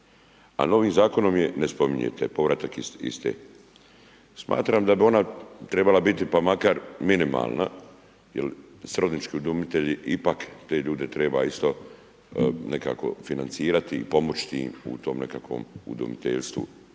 a novim Zakonom je ne spominjete povratak iste. Smatram da bi ona trebala biti pa makar minimalna jer srodnički udomitelji ipak te ljude treba isto nekako financirati i pomoći u tom nekakvom udomiteljstvu